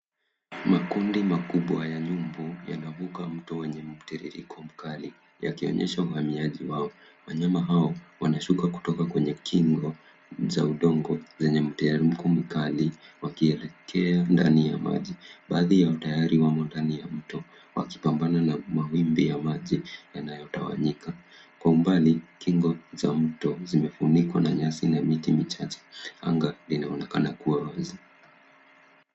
Makundi makubwa ya nyumbu yanavuka mto wenye mtiririko mkali yakionyesha uhamiaji wao. Wanyama hao wanashuka kutoka kwenye kingo za udongo chenye mteremko mkali wakielekea ndani ya maji. Baadhi yao tayari wamo ndani ya mto wakipambana na mawimbi ya maji yanayotawanyika. Kwa umbali, kingo za mtu zimefunikwa na nyasi na miti michache. Anga linaonekana kuwa wazi.